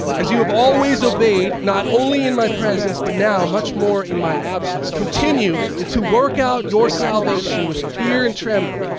as you have always obeyed-not only in my presence, but now much more in my absence-continue to work out your salvation with fear and trembling,